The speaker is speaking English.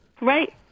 Right